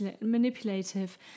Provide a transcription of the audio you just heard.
manipulative